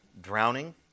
drowning